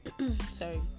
sorry